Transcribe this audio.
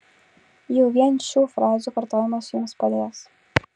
jau vien šių frazių kartojimas jums padės